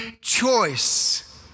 choice